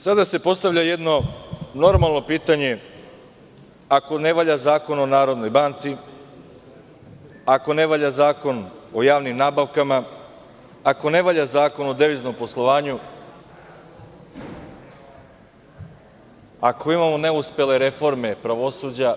Sada se postavlja jedno normalno pitanje - ako ne valja Zakon o NBS, ako ne valja Zakon o javnim nabavkama, ako ne valja Zakon o deviznom poslovanju, ako imamo neuspele reforme pravosuđa,